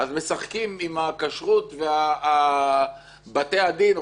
אז משחקים עם הכשרות ובתי הדין,